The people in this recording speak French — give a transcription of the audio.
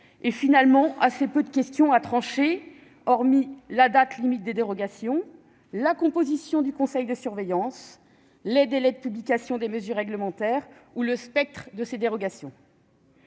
et finalement assez peu de questions à trancher, hormis la date limite des dérogations, la composition du conseil de surveillance, les délais de publication des mesures réglementaires ou le spectre de ces dérogations.